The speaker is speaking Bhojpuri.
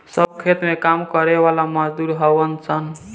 सब खेत में काम करे वाला मजदूर हउवन सन